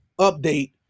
update